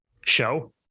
show